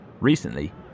Recently